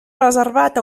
reservat